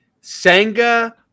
Senga